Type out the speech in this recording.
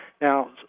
Now